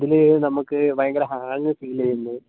അതിൽ നമുക്ക് ഭയങ്കര ഹാങ്ങ് ഫീല് ചെയ്യുന്നു